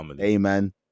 Amen